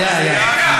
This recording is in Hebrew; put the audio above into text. היה, היה.